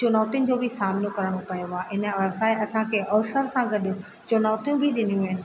चुनौतियुनि जो बि सामिनो करिणो पयो आहे इन व्यवसाय असांखे अवसर सां गॾु चुनौतियूं बि ॾिनियूं आहिनि